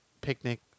picnic